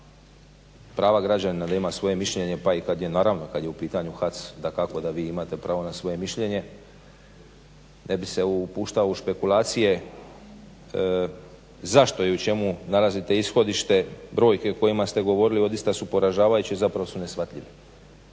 prava građana da ima svoje mišljenje pa i kada je u pitanju HAC dakako da vi imate pravo na svoje mišljenje. Ne bih se upuštao u špekulacije zašto i u čemu nalazite ishodište. Brojke o kojima ste govorili odista su poražavajući zapravo su neshvatljivi.